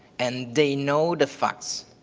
and they know the facts.